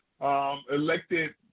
elected